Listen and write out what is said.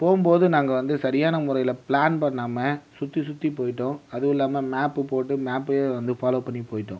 போகும் போது நாங்கள் வந்து சரியான முறையில ப்ளான் பண்ணாமல் சுற்றி சுற்றி போயிட்டோம் அதுவும் இல்லாமல் மேப்பு போட்டு மேப்பையே வந்து ஃபாலோ பண்ணி போயிட்டோம்